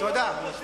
תודה.